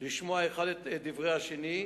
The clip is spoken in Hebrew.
לשמוע האחד את דברי השני.